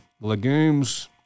legumes